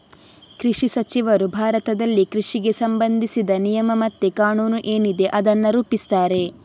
ಕೃಷಿ ಸಚಿವರು ಭಾರತದಲ್ಲಿ ಕೃಷಿಗೆ ಸಂಬಂಧಿಸಿದ ನಿಯಮ ಮತ್ತೆ ಕಾನೂನು ಏನಿದೆ ಅದನ್ನ ರೂಪಿಸ್ತಾರೆ